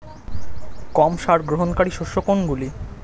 কম সার গ্রহণকারী শস্য কোনগুলি?